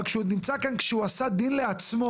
אבל כשהוא עוד נמצא כאן והוא עשה דין לעצמו.